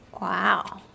Wow